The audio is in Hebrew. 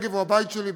הנגב הוא הבית שלי,